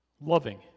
loving